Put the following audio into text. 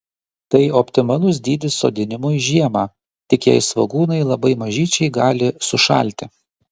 tai optimalus dydis sodinimui žiemą tik jei svogūnai labai mažyčiai gali sušalti